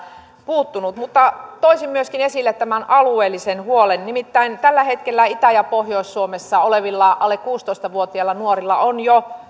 puuttunut mutta toisin myöskin esille alueellisen huolen nimittäin tällä hetkellä itä ja pohjois suomessa olevilla alle kuusitoista vuotiailla nuorilla on jo